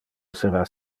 essera